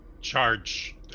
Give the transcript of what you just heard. Charge